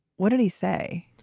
what did he say?